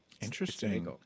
Interesting